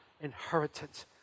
inheritance